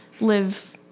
live